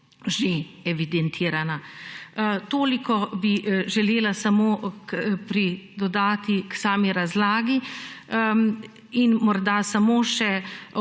že evidentirana. Toliko bi želela samo pridodati k sami razlagi in morda samo še